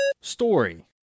Story